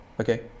okay